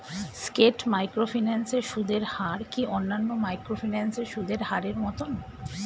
স্কেট microfinance এর সুদের হার কি অন্যান্য মাইক্রোফিন্যান্স এর সুদের হারের মতন?